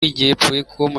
igihecom